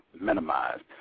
minimized